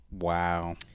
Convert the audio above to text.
Wow